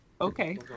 Okay